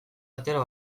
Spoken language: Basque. atera